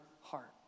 heart